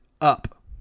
up